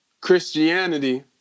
christianity